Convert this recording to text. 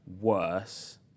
worse